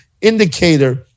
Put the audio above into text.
indicator